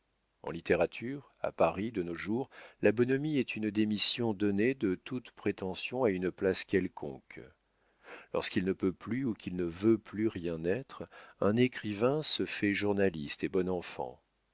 en littérature à paris de nos jours la bonhomie est une démission donnée de toutes prétentions à une place quelconque lorsqu'il ne peut plus ou qu'il ne veut plus rien être un écrivain se fait journaliste et bon enfant